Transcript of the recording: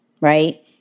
Right